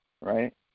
right